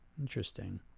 Interesting